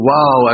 Wow